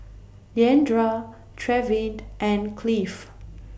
Leandra Trevin and Clive